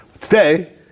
Today